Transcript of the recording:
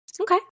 Okay